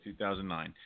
2009